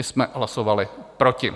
My jsme hlasovali proti.